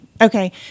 Okay